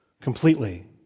completely